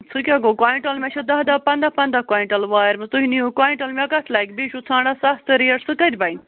سُہ کیٛاہ گوٚو کۅینٛٹل مےٚ چھُ دَہ دَہ پنٛداہ پنٛداہ کۅینٛٹل وارِ مںٛز تُہۍ نِیٖہو کۅینٛٹل مےٚ کتھ لگہِ بیٚیہِ چھُو ژھانٛڈان سَستہٕ ریٹ سُہ کتہِ بنہِ